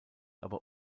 aber